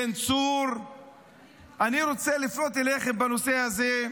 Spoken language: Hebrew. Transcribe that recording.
בן צור, אני רוצה לפנות אליכם בנושא הזה.